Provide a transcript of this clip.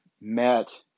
met